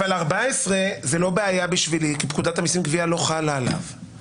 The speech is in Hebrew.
אבל 14 זה לא בעיה בשבילי כי פקודת המיסים (גבייה) לא חלה עליו.